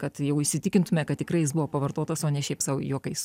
kad jau įsitikintume kad tikrai jis buvo pavartotas o ne šiaip sau juokais